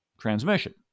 transmission